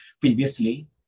previously